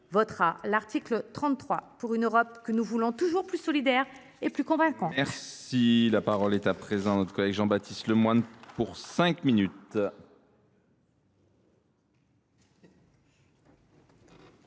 pour l’article 33, en faveur d’une Europe que nous voulons toujours plus solidaire et plus convaincante.